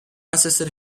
assisted